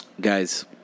Guys